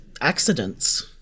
accidents